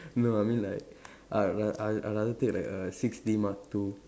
no I mean like I ra I I rather take like a six D mark two